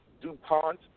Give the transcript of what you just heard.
DuPont